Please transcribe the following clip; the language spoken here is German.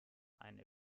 eine